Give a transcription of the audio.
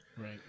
Right